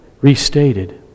Restated